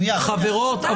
חברות.